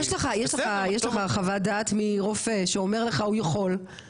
יש לך חוות דעת מרופא שאומר לך הוא יכול,